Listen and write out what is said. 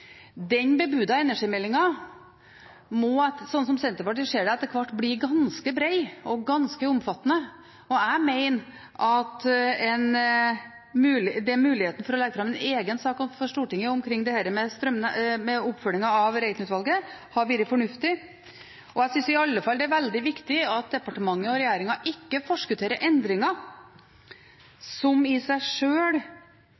Den bebudede energimeldingen må, slik som Senterpartiet ser det, etter hvert bli ganske bred og ganske omfattende. Jeg mener at muligheten for å legge fram en egen sak for Stortinget om oppfølgingen av Reiten-utvalget, hadde vært fornuftig. Jeg synes i alle fall det er veldig viktig at departementet og regjeringen ikke forskutterer endringer som i seg sjøl